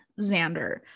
Xander